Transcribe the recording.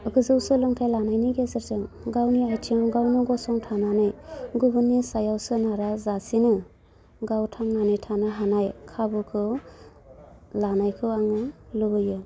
गोजौ सोलोंथाइ लानायनि गेजेरजों गावनि आयथिंआव गावनो गसंथानानै गुबुननि सायाव सोनाराजासेनो गाव थांनानै थानो हानाय खाबुखौ लानायखौ आङो लुबैयो